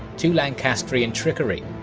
to lancastrian trickery.